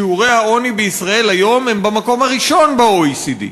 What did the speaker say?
שיעורי העוני בישראל היום הם במקום הראשון ב-OECD.